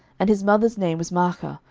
and his mother's name was maachah,